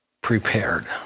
prepared